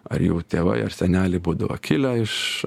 ar jų tėvai ar seneliai būdavo kilę iš